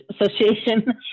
Association